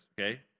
okay